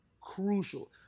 crucial